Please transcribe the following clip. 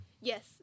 yes